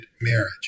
marriage